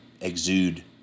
exude